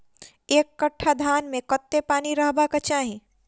एक कट्ठा धान मे कत्ते पानि रहबाक चाहि?